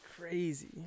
crazy